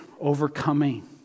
overcoming